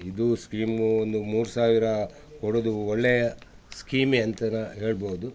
ಇದು ಸ್ಕೀಮೂ ಒಂದು ಮೂರು ಸಾವಿರ ಕೊಡುವುದು ಒಳ್ಳೆಯ ಸ್ಕೀಮೆ ಅಂತ ನಾನು ಹೇಳ್ಬೋದು